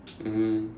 um